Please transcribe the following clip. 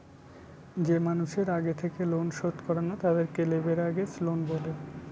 যে মানুষের আগে থেকে লোন শোধ করে না, তাদেরকে লেভেরাগেজ লোন বলে